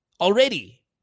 already